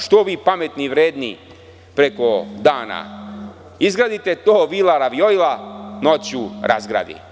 Što vi pametni i vredni preko dana izgradite, to vila Ravijojla noću razgradi.